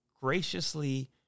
graciously